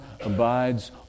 abides